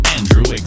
Andrew